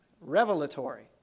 revelatory